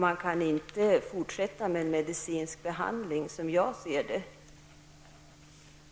Man kan inte, som jag ser det, fortsätta med en medicinsk behandling